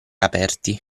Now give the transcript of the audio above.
aperti